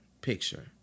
picture